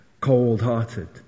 cold-hearted